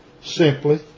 simply